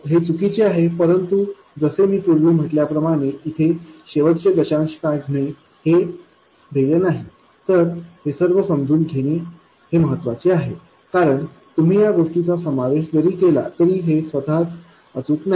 हे चुकीचे आहे परंतु जसे मी पूर्वी म्हटल्याप्रमाणे इथे शेवटचे दशांश काढणे हे ध्येय नाही तर हे सर्व समजून घेणे आहे कारण तुम्ही या गोष्टीचा समावेश जरी केला तरी हे स्वतः च अचूक नाही